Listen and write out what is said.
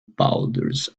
boulders